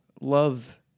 love